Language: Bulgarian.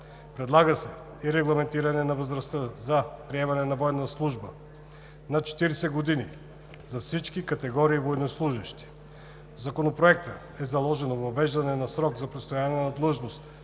предлага се и регламентиране на възрастта за приемане на военна служба на 40 години за всички категории военнослужещи. В Законопроекта е заложено въвеждане на срок за престояване на длъжност